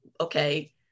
okay